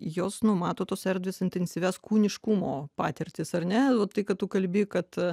jos numato tos erdvės intensyvias kūniškumo patirtis ar ne tai kad tu kalbi kad